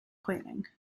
planning